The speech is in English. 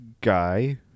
guy